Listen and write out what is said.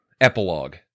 epilogue